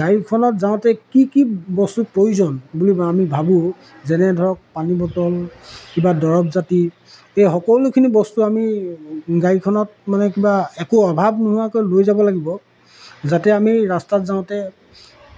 গাড়ীখনত যাওঁতে কি কি বস্তুৰ প্ৰয়োজন বুলি আমি ভাবোঁ যেনে ধৰক পানী বটল কিবা দৰৱ জাতি এই সকলোখিনি বস্তু আমি গাড়ীখনত মানে কিবা একো অভাৱ নোহোৱাকৈ লৈ যাব লাগিব যাতে আমি ৰাস্তাত যাওঁতে